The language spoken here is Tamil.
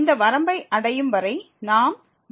இந்த வரம்பை அடையும் வரை நாம் வரம்பை எடுத்துக் கொள்ளலாம்